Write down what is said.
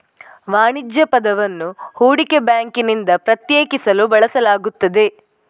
ವಾಣಿಜ್ಯ ಪದವನ್ನು ಹೂಡಿಕೆ ಬ್ಯಾಂಕಿನಿಂದ ಪ್ರತ್ಯೇಕಿಸಲು ಬಳಸಲಾಗುತ್ತದೆ